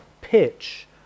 pitch